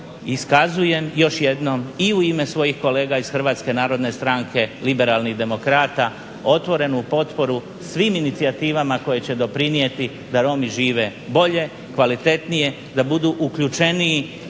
iskazujem još jednom i u ime svojih kolega iz Hrvatske narodne stranke – liberalnih demokrata otvorenu potporu svim inicijativama koje će doprinijeti da Romi žive bolje, kvalitetnije, da budu uključeniji